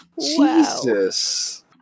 Jesus